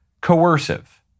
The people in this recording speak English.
coercive